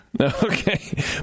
Okay